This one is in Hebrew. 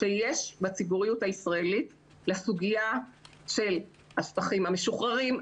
שיש בציבוריות הישראלית לסוגיה של השטחים המשוחררים,